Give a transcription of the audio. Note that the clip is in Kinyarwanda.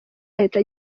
ahita